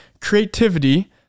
creativity